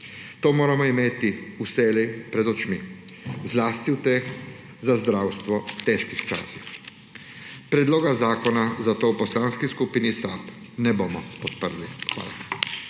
To moramo imeti vselej pred očmi, zlasti v teh za zdravstvo težkih časih. Predloga zakona zato v Poslanski skupini SAB ne bomo podprli.